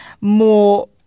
more